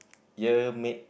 year made